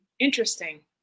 Interesting